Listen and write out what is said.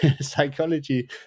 psychology